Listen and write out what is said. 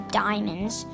diamonds